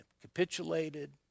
capitulated